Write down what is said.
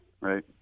right